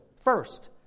first